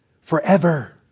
forever